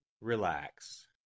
Relax